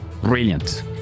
brilliant